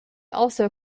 also